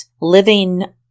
living